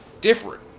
different